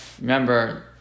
Remember